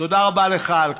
תודה רבה לך על כך.